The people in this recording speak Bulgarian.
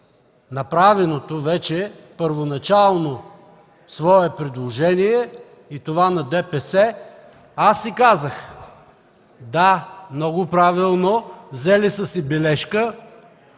направеното вече първоначално свое предложение и това на ДПС, аз си казах: да, много правилно, взели са си бележка.